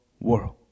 world